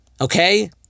Okay